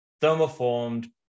thermoformed